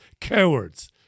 Cowards